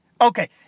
Okay